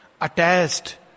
Attached